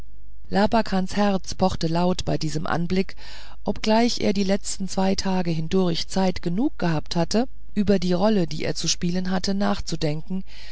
labakans herz pochte lauter bei diesem anblick obgleich er die letzten zwei tage hindurch zeit genug hatte über die rolle die er zu spielen hatte nachzudenken